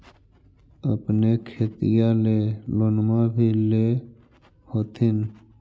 अपने खेतिया ले लोनमा भी ले होत्थिन?